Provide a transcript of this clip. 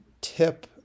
tip